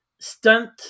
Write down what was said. stunt